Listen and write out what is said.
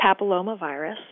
papillomavirus